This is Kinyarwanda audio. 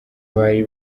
bari